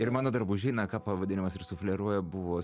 ir mano drabužiai na ką pavadinimas ir sufleruoja buvo